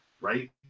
right